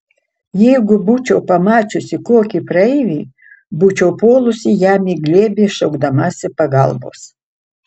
jeigu būčiau pamačiusi kokį praeivį būčiau puolusi jam į glėbį šaukdamasi pagalbos